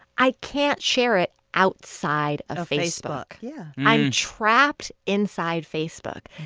i can't share it outside of facebook? yeah i'm trapped inside facebook.